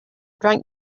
drunk